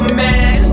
man